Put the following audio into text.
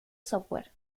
software